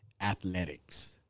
athletics